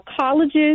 Colleges